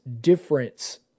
difference